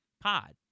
Pod